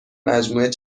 مجموعه